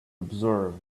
observe